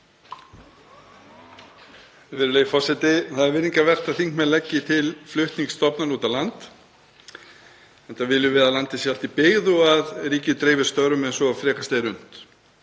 Virðulegi forseti. Það er virðingarvert að þingmenn leggi til flutning stofnana út á land enda viljum við að landið sé allt í byggð og að ríkið dreifi störfum eins og frekast er unnt.